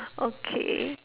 okay